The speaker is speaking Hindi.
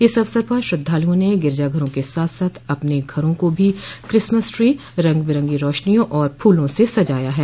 इस अवसर पर श्रद्धालुओं ने गिरजाघरों के साथ साथ अपने घरों को भी क्रिसमस ट्री रंग बिरंगी रौशनियों और फूलों से सजाया है